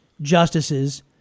justices